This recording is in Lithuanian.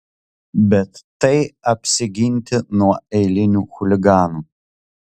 bet tai apsiginti nuo eilinių chuliganų